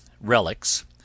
relics